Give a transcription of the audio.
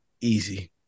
easy